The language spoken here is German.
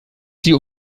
sie